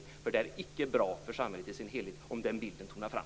Det är nämligen icke bra för samhället i sin helhet om den bilden tonar fram.